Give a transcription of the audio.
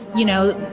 you know,